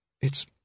It's